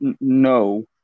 no